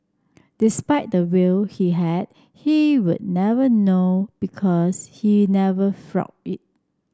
despite the wealth he had he would never know because he never flaunted it